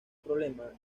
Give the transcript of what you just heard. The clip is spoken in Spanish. problema